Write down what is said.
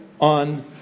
on